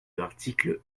l’article